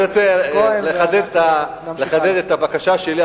אני רוצה לחדד את הבקשה שלי,